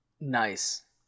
Nice